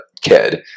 kid